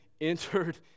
entered